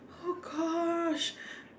oh gosh